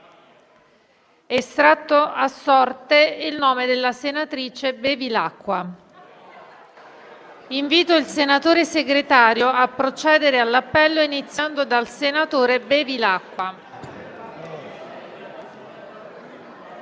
estratto a sorte il nome della senatrice Bevilacqua).* Invito il senatore Segretario a procedere all'appello, iniziando dalla senatrice Bevilacqua.